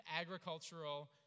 agricultural